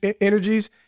energies